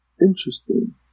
Interesting